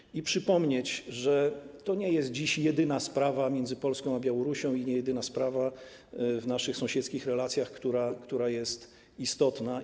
Chciałbym przypomnieć, że to nie jest dziś jedyna sprawa między Polską a Białorusią i nie jest to jedyna sprawa w naszych sąsiedzkich relacjach, która jest istotna.